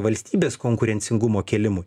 valstybės konkurencingumo kėlimui